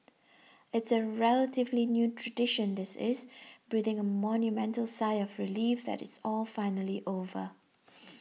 it's a relatively new tradition this is breathing a monumental sigh of relief that it's all finally over